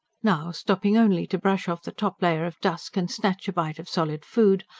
now, stopping only to brush off the top layer of dust and snatch a bite of solid food,